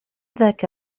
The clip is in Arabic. ذاك